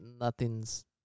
nothing's